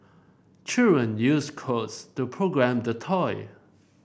children used codes to program the toy